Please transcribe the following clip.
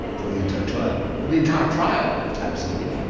for the entire trial. for the entire trial? absolutely,